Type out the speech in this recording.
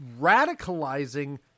radicalizing